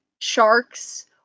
sharks